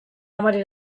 amari